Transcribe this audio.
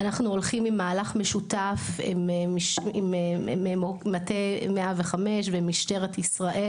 אנחנו הולכים עם מהלך משותף עם מטה 105 ומשטרת ישראל.